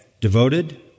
devoted